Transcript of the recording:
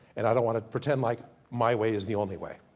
and i don't want to pretend like my way is the only way.